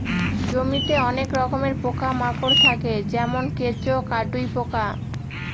জমিতে অনেক রকমের পোকা মাকড় থাকে যেমন কেঁচো, কাটুই পোকা